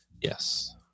Yes